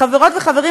חברות וחברים,